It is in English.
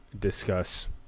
discuss